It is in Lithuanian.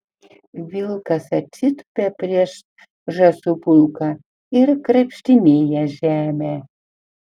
vilkas atsitupia prieš žąsų pulką ir krapštinėja žemę